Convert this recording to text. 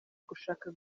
gushaka